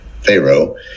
Pharaoh